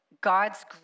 God's